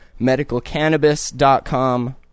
MedicalCannabis.com